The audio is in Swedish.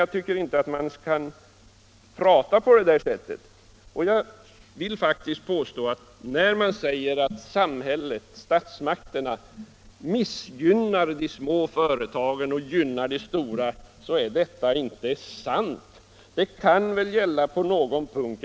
Jag tycker inte att man bör prata på det sättet. När det sägs att statsmakterna missgynnar de små företagen och gynnar de stora, så är det inte sant. Det kan möjligen vara riktigt på någon punkt.